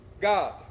God